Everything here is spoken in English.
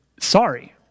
sorry